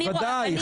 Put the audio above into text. תגיד לי --- ודאי,